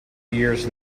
years